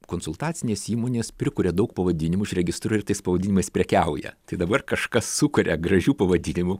konsultacinės įmonės prikuria daug pavadinimų iš registrų ir tais spaudimais prekiauja tai dabar kažkas sukuria gražių pavadinimų